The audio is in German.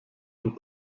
und